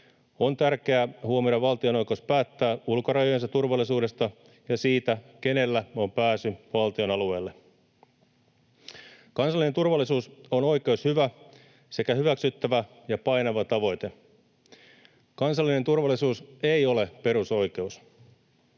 on tärkeää huomioida valtion oikeus päättää ulkorajojensa turvallisuudesta ja siitä, kenellä on pääsy valtion alueelle.” ”Kansallinen turvallisuus on oikeushyvä sekä hyväksyttävä ja painava tavoite. Kansallinen turvallisuus ei ole perusoikeus.